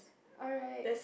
alright